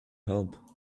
help